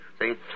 See